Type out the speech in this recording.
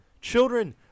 Children